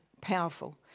powerful